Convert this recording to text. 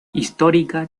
histórica